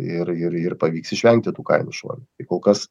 ir ir ir pavyks išvengti tų kainų šuolių tai kol kas